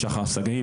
שחר שגיב,